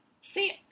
See